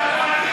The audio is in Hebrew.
לסדר.